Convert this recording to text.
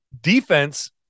defense